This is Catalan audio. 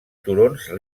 turons